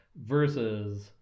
versus